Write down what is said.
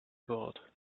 gold